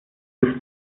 ist